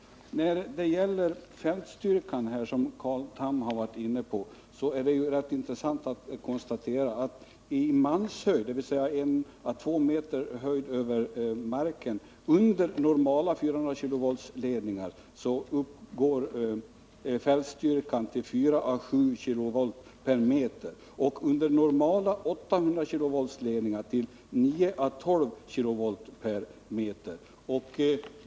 När det gäller frågan om fältstyrkan, som Carl Tham har varit inne på, är det rätt intressant att konstatera att i manshöjd, dvs. I å 2 meter över marken, under normala 400-kV-ledningar uppgår fältstyrkan till 4 å 7 kV per meter, och under normala 800-kV-ledningar till 9 å 12 kV per meter.